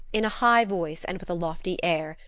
in a high voice and with a lofty air,